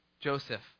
Joseph